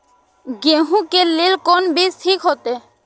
गेहूं के लेल कोन बीज ठीक होते?